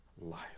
life